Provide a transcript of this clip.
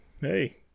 hey